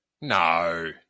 No